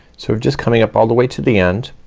so we're just coming up all the way to the end.